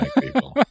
people